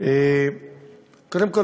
קודם כול,